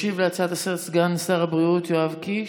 ישיב על ההצעה לסדר-היום סגן שר הבריאות יואב קיש.